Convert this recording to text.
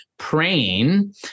praying